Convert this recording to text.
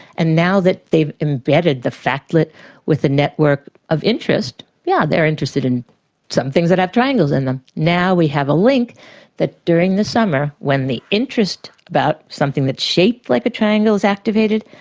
and now that they've embedded the factlet with the network of interest yeah, they're interested in some things that have triangles in them. now we have a link that during the summer when the interest about something that's shaped like a triangle is activated,